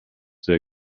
sehr